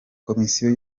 komisiyo